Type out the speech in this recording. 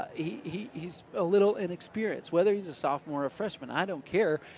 ah he's he's a little inexperienced. whether he's a sophomore or freshman, i don't care,